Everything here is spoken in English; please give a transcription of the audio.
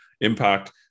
impact